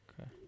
Okay